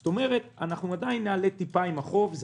זאת אומרת אנחנו עדיין נעלה קצת עם החוב זה